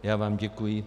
Já vám děkuji.